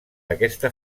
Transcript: aquesta